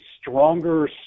stronger